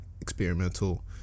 experimental